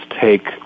take